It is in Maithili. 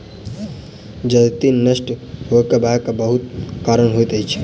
जजति नष्ट होयबाक बहुत कारण होइत अछि